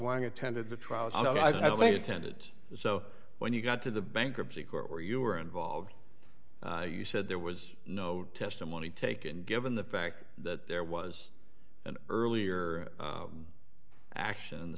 wang attended the trial i mean attended so when you got to the bankruptcy court where you were involved you said there was no testimony taken given the fact that there was an earlier action in the